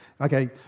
okay